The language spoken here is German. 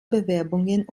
bewerbungen